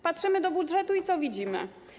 Patrzymy do budżetu i co widzimy?